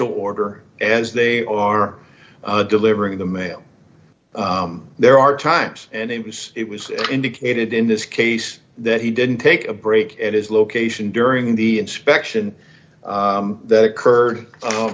order as they are delivering the mail there are times and it was it was indicated in this case that he didn't take a break at his location during the inspection that occurred